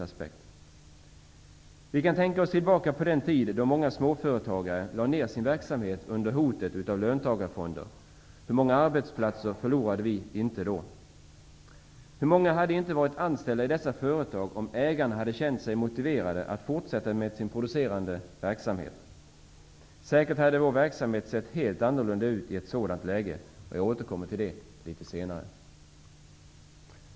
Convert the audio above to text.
Man kan tänka sig tillbaka till tiden när många småföretagare lade ner sin verksamhet under hotet av löntagarfonderna. Hur många arbetsplatser gick då inte förlorade? Hur många hade i dag varit anställda i dessa företag, om ägarna hade känt sig motiverade att fortsätta med sin producerande verksamhet? Säkert hade vår arbetsmarknad sett helt annorlunda ut i ett sådant läge. Jag återkommer till detta litet senare.